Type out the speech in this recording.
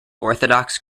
orthodox